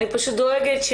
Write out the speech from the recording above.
אני פשוט דואגת,